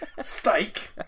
Steak